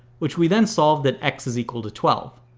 which we then solve that x is equal to twelve.